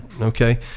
Okay